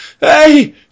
hey